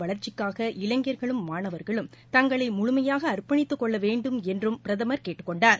வளர்ச்சிக்காக நாட்டின் இளைஞர்களும் மாணவர்களும் தங்களை முழுமையாக அர்ப்பணித்துக்கொள்ள வேண்டும் என்றும் பிரதமர் கேட்டுக் கொண்டார்